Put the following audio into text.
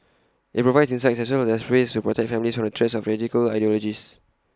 IT provides insights as well as ways to protect families from the threats of radical ideologies